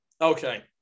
Okay